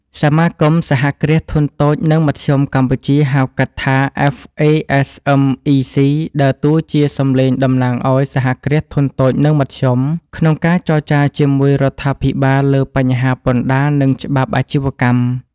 សមាគមសហគ្រាសធុនតូច និងមធ្យមកម្ពុជា (ហៅកាត់ថា FASMEC) ដើរតួជាសំឡេងតំណាងឱ្យ សហគ្រាសធុនតូច និងមធ្យម ក្នុងការចរចាជាមួយរដ្ឋាភិបាលលើបញ្ហា "ពន្ធដារ និងច្បាប់អាជីវកម្ម"។